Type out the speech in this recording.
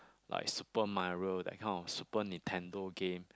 like Super-Mario that kind of super Nintendo game